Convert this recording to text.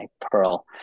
pearl